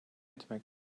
etmek